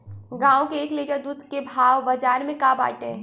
गाय के एक लीटर दूध के भाव बाजार में का बाटे?